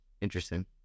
interesting